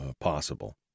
possible